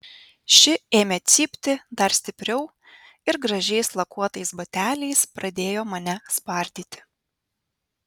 ši ėmė cypti dar stipriau ir gražiais lakuotais bateliais pradėjo mane spardyti